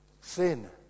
sin